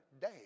day